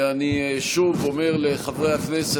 ואני שוב אומר לחברי הכנסת,